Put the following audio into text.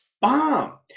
bomb